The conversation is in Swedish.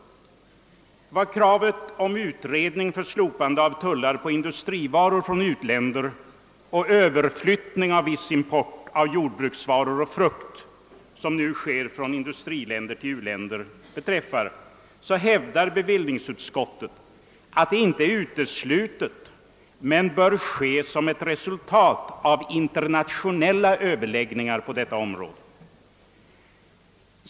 Vad beträffar kravet på utredning för slopande av tullar på varor från u-länder och överflyttning av viss import av jordbruksvaror och frukt från industriländer till u-länder, hävdar bevillningsutskottet, att detta »inte är uteslutet, men att det bör ske som ett resultat av internationella överläggningar på detta område».